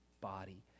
body